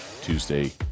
Tuesday